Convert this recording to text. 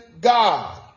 God